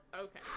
Okay